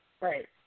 Right